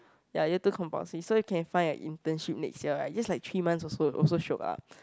ya year two compulsory so you can find a internship next year right just like three months also also shiok ah